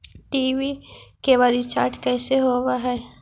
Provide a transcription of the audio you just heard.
TV cable recharge कैसे होब हइ?